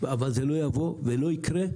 השינוי לא יקרה.